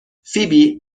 فیبی